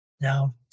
now